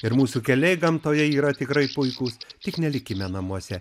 ir mūsų keliai gamtoje yra tikrai puikūs tik nelikime namuose